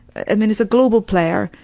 i mean it's a global player,